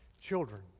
children